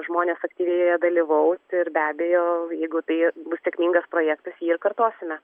žmonės aktyviai joje dalyvaus ir be abejo jeigu tai bus sėkmingas projektas jį ir kartosime